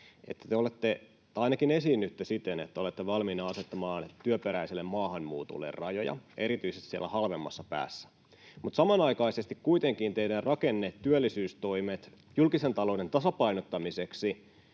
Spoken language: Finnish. että te olette — tai ainakin esiinnytte siten, että olette — valmiita asettamaan työperäiselle maahanmuutolle rajoja, erityisesti siellä halvemmassa päässä, mutta samanaikaisesti kuitenkin teidän rakenne- ja työllisyystoimenne julkisen talouden tasapainottamiseksi